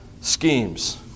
schemes